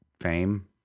fame